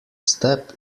step